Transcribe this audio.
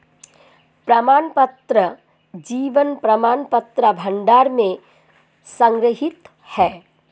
प्रमाणपत्र जीवन प्रमाणपत्र भंडार में संग्रहीत हैं